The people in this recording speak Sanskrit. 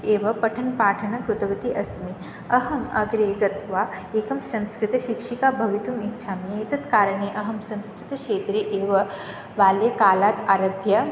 एव पठनपाठनं कृतवती अस्मि अहम् अग्रे गत्वा एका संस्कृतशिक्षिका भवितुम् इच्छामि एतत् कारणे अहं संस्कृतक्षेत्रे एव बाल्यकालात् आरभ्य